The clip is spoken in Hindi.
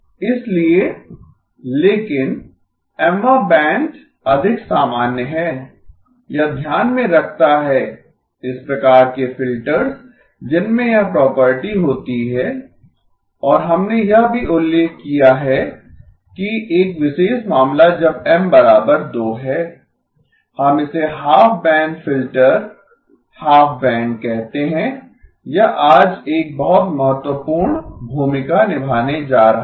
इसलिए लेकिन Mवाँ बैंड अधिक सामान्य है यह ध्यान में रखता है इस प्रकार के फिल्टर्स जिनमें यह प्रॉपर्टी होती है और हमने यह भी उल्लेख किया है कि एक विशेष मामला जब M2 है हम इसे half band filter half band कहते हैं यह आज एक बहुत महत्वपूर्ण भूमिका निभाने जा रहा है